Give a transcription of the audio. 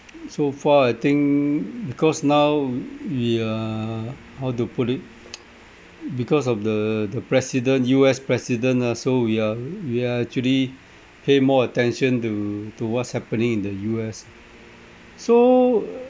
so far I think because now we are how to put it because of the the president U_S president ah so we are we are actually pay more attention to to what's happening in the U_S so